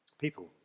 People